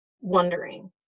wondering